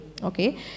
Okay